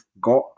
got